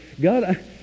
God